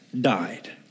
died